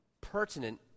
pertinent